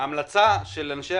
ההמלצה של אנשי